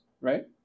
right